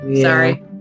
Sorry